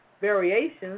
variations